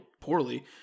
poorly